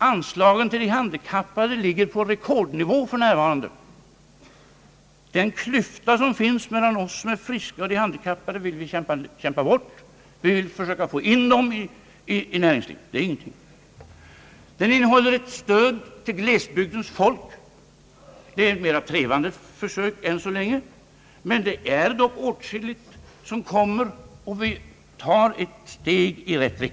Anslagen till dem ligger för närvarande på rekordnivå. Den klyfta som finns mellan oss friska och de handikappade vill vi kämpa bort, vi vill söka få in dem i näringslivet. Det är ingenting. Budgeten innehåller ett stöd till glesbygdens folk. Än så länge är det mera trevande försök, men vi tar i alla fall ett steg i rätt riktning, det är åtskilligt som kommer.